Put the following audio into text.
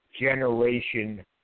generation